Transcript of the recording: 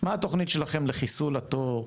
מה התוכנית שלכם לחיסול התור,